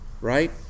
right